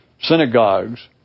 synagogues